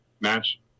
match